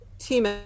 team